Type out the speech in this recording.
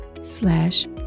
slash